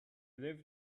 lived